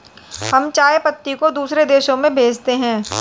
हम चाय पत्ती को दूसरे देशों में भेजते हैं